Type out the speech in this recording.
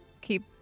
keep